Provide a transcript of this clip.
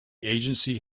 agency